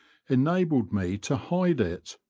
enabled me to hide it,